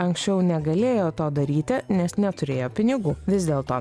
anksčiau negalėjo to daryti nes neturėjo pinigų vis dėlto